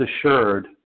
assured